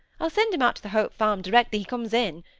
i'll send him out to the hope farm directly he comes in.